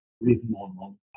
reasonable